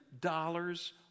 dollars